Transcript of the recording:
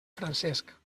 francesc